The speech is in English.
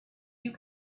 you